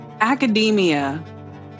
Academia